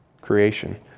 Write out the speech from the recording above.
creation